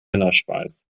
männerschweiß